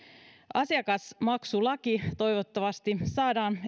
asiakasmaksulaki toivottavasti saadaan